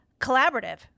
collaborative